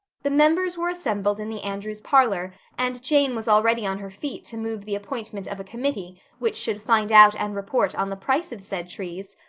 the members were assembled in the andrews' parlor and jane was already on her feet to move the appointment of a committee which should find out and report on the price of said trees,